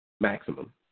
Maximum